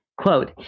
quote